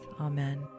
Amen